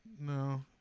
No